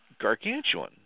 gargantuan